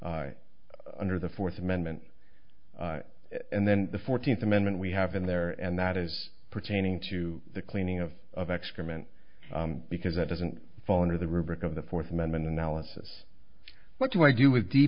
analysis under the fourth amendment and then the fourteenth amendment we have in there and that is pertaining to the cleaning of of excrement because that doesn't fall under the rubric of the fourth amendment analysis what do i do with